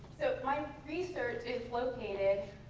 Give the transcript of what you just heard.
my research is located,